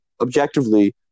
Objectively